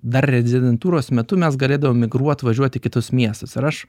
dar rezidentūros metu mes galėdavom migruoti važiuoti į kitus miestus ir aš